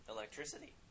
Electricity